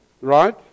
Right